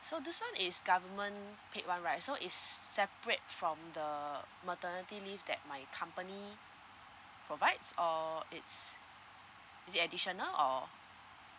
so this one is government paid [one] right so is separate from the maternity leave that my company provides or it's is it additional or